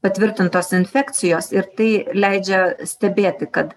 patvirtintos infekcijos ir tai leidžia stebėti kad